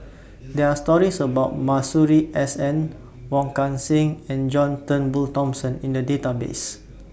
There Are stories about Masuri S N Wong Kan Seng and John Turnbull Thomson in The Database